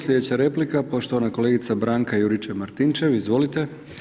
Slijedeća replika poštovana kolegica Branka Juričev Martinčev, izvolite.